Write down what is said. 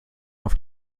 auf